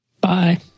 Bye